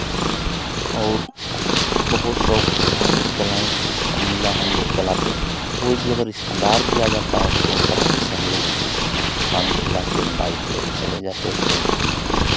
और बहुत शौक थी कि हम लोग चलाएँ और मिला हम लोग चलाते कोई भी अगर रिश्तेदार भी आ जाता तो उनका धीरे से हम लोग पानी पिला के बाइक लेके चले जाते थे